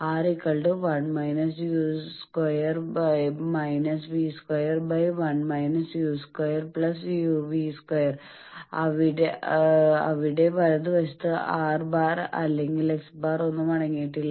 R1−u²−v²1−u2v2 അവിടെ വലതുവശത്ത് R⁻അല്ലെങ്കിൽ x̄ ഒന്നും അടങ്ങിയിട്ടില്ല